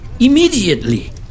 Immediately